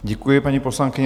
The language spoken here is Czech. Děkuji, paní poslankyně.